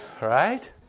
right